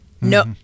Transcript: no